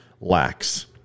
lacks